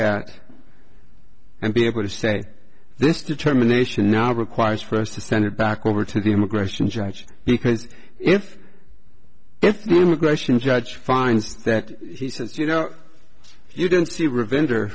at and be able to say this determination now requires first to send it back over to the immigration judge because if if the immigration judge finds that he says you know you don't see revenge or